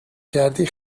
کردی